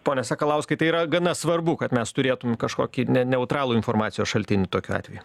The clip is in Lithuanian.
pone sakalauskai tai yra gana svarbu kad mes turėtum kažkokį ne neutralų informacijos šaltinį tokiu atveju